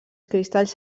cristalls